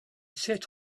set